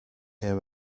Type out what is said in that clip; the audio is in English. ear